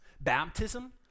Baptism